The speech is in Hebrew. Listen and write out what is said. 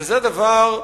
וזה דבר,